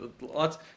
lots